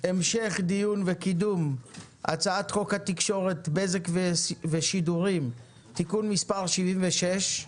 המשך דיון וקידום הצעת חוק התקשורת (בזק ושידורים) (תיקון מס' 76)